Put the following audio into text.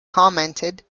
commented